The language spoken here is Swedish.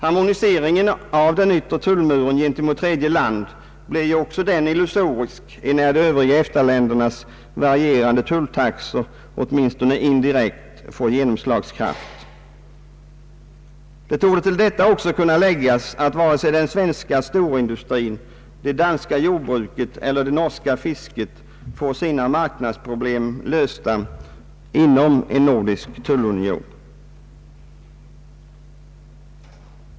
Harmoniseringen av den yttre tullmuren gentemot tredje land blir ju också den illusorisk enär de övriga EFTA-ländernas varierande tulltaxor åtminstone indirekt får genomslagskraft. Det torde till detta också kunna läggas att varken den svenska storindustrin, det danska jordbruket eller det norska fisket får sina marknadsproblem lösta inom en nordisk tullunion.